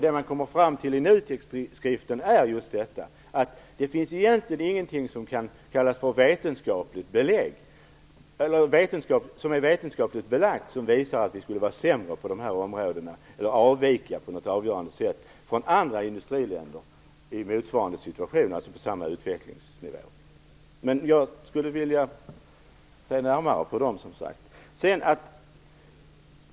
Vad man i NUTEK:s skrift kommer fram till är just att det inte finns något som är vetenskapligt belagt och som visar att vi skulle vara sämre eller att vi på ett avgörande sätt skulle avvika på de här områdena jämfört med andra industriländer i motsvarande situation, dvs. på samma utvecklingsnivå. Jag skulle, som sagt, vilja titta närmare på de siffror som nämnts.